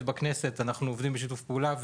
בכנסת כי אנחנו עובדים בשיתוף הפעולה,